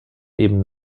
eben